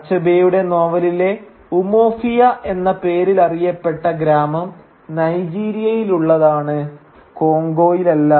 അച്ഛബേയുടെ നോവലിലെ ഉമൊഫിയ എന്ന പേരിലറിയപ്പെട്ട ഗ്രാമം നൈജീരിയയിലുള്ളതാണ് കോംഗോയിലല്ല